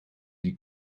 die